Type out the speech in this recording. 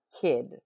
kid